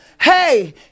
hey